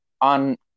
on